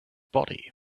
body